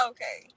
Okay